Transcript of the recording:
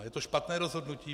Je to špatné rozhodnutí.